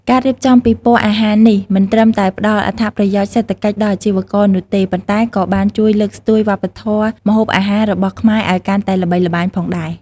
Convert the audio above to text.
ការរៀបចំពិព័រណ៍អាហារនេះមិនត្រឹមតែផ្ដល់អត្ថប្រយោជន៍សេដ្ឋកិច្ចដល់អាជីវករនោះទេ ប៉ុន្តែក៏បានជួយលើកស្ទួយវប្បធម៌ម្ហូបអាហាររបស់ខ្មែរឲ្យកាន់តែល្បីល្បាញផងដែរ។